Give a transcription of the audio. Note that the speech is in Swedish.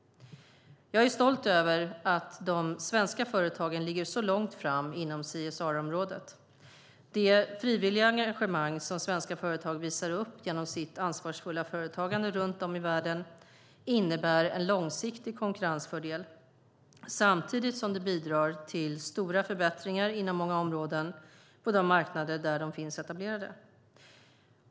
Jag är stolt över att de svenska företagen ligger så långt fram inom CSR-området. Det frivilliga engagemang som svenska företag visar upp genom sitt ansvarsfulla företagande runt om i världen innebär en långsiktig konkurrensfördel, samtidigt som det bidrar till stora förbättringar inom många områden på de marknader där de finns etablerade.